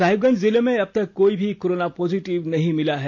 साहिबगंज जिले में अबतक कोई भी कोरोना पॉजिटिव नहीं मिला है